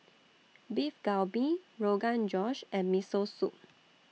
Beef Galbi Rogan Josh and Miso Soup